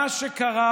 מה אתה יודע,